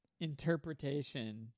interpretation